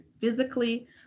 physically